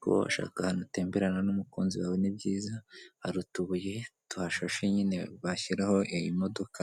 Kuba washaka ahantu utemberana n'umukunzi wawe ni byiza, hari utubuye tuhashashe nyine bashyiraho imodoka,